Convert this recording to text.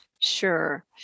Sure